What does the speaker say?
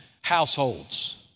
households